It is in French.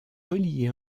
reliés